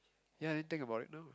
ya I didn't think about it no